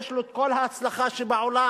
יש לו כל ההצלחה שבעולם,